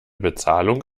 bezahlung